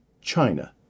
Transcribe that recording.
China